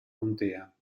contea